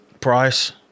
price